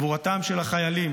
גבורתם של החיילים,